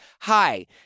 hi